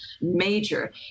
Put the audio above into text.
major